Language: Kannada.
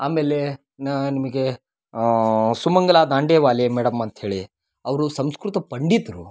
ಆಮೇಲೆ ನಾ ನಿಮಗೆ ಸುಮಂಗಲ ದಾಂಡೇವಾಲೇ ಮೇಡಮ್ ಅಂತ್ಹೇಳಿ ಅವರು ಸಂಸ್ಕೃತ ಪಂಡಿತರು